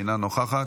אינה נוכחת,